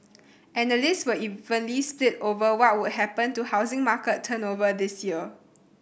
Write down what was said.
analysts were evenly split over what would happen to housing market turnover this year